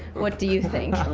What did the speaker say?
what do you think?